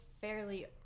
fairly